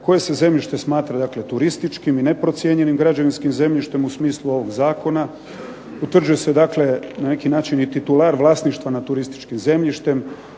koje se zemljište smatra dakle turističkim i neprocijenjenim građevinskim zemljištem u smislu ovog zakona, utvrđuje se dakle na neki način i titular vlasništva nad turističkim zemljištem